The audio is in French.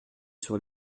sur